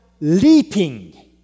leaping